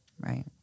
right